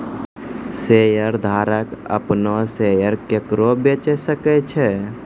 शेयरधारक अपनो शेयर केकरो बेचे सकै छै